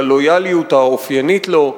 בלויאליות האופיינית לו,